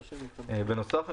בנוסף,